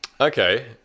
Okay